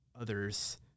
others